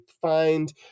find